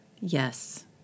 Yes